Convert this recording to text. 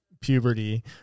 Puberty